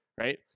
Right